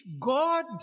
God